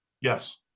Yes